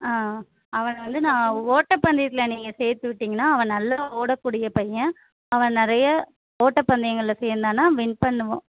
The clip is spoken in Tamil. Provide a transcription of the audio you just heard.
ஆ அவனை வந்து நான் ஓட்டப்பந்தயத்தில் நீங்கள் சேர்த்து விட்டிங்கன்னால் அவன் நல்லா ஓடக்கூடிய பையன் அவன் நிறைய ஓட்டப்பந்தயங்கள்ல சேர்ந்தான்னா வின் பண்ணுவான்